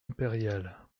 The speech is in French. impériale